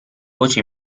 voce